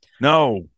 no